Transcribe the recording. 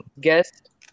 guest